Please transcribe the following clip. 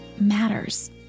matters